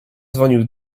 dzwonił